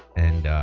and